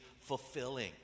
fulfilling